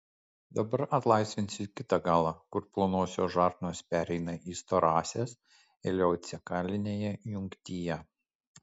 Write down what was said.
dabar atlaisvinsiu kitą galą kur plonosios žarnos pereina į storąsias ileocekalinėje jungtyje